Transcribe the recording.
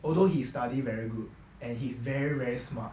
although he study very good and hes very very smart